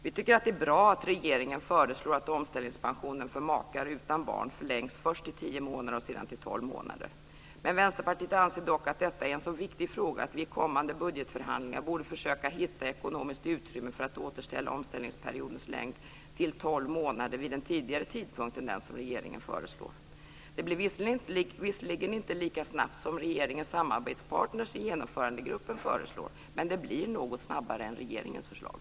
Vi tycker att det är bra att regeringen föreslår att omställningspensionen för makar utan barn förlängs först till tio månader och sedan till tolv månader. Vänsterpartiet anser dock att detta är en så viktig fråga att vi i kommande budgetförhandlingar borde försöka hitta ett ekonomiskt utrymme för att återställa omställningsperiodens längd till tolv månader vid en tidigare tidpunkt än den som regeringen föreslår. Det blir visserligen inte lika snabbt som regeringens samarbetspartner i Genomförandegruppen föreslår, men det blir något snabbare än regeringens förslag.